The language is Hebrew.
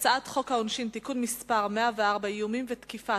הצעת חוק העונשין (תיקון מס' 104) (איום ותקיפה),